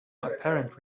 apparent